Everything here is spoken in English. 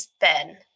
Ben